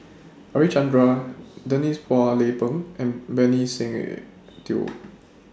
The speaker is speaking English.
Harichandra Denise Phua Lay Peng and Benny Se Teo